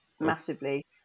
massively